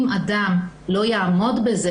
אם אדם לא יעמוד בזה,